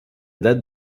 date